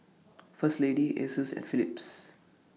First Lady Asus and Phillips